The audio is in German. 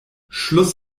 schluss